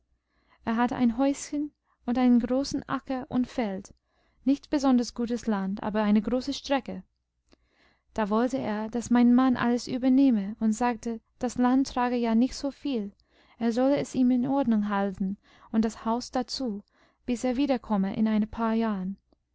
er hatte ein häuschen und einen großen acker und feld nicht besonders gutes land aber eine große strecke da wollte er daß mein mann alles übernehme und sagte das land trage ja nicht so viel er solle es ihm in ordnung halten und das haus dazu bis er wiederkomme in ein paar jahren